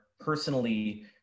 personally